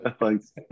thanks